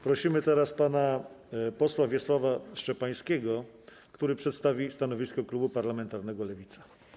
Proszę teraz pana posła Wiesława Szczepańskiego, który przedstawi stanowisko klubu parlamentarnego Lewica.